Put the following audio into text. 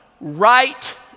right